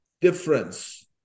difference